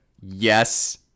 yes